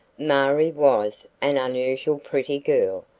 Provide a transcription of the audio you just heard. marie was an unusually pretty girl,